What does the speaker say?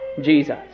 Jesus